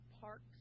parks